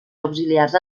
auxiliars